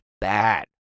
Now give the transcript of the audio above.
bad